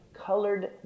colored